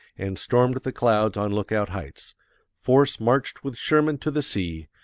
and stormed the clouds on lookout heights force marched with sherman to the sea,